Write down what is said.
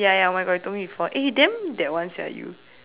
ya ya oh my god you told me before eh you damn that one sia you